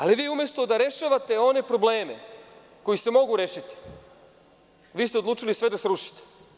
Ali, vi umesto da rešavate one probleme koji se mogu rešiti, vi ste odlučili sve da srušite.